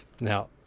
now